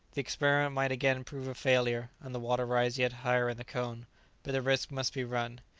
the experiment might again prove a failure, and the water rise yet higher in the cone but the risk must be run.